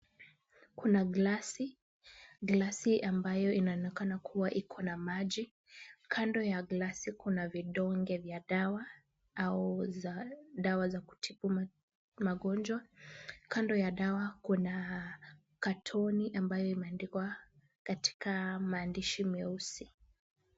Kuna glasi , glasi ambayo inaonekana kuwa iko na maji. Kando ya glasi kuna vidonge vya dawa au dawa za kutibu magonjwa. Kando ya dawa kuna katoni ambayo imeandikwa katika maandishi meusi.